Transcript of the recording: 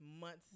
months